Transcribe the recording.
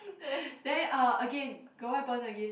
then uh again got what happen again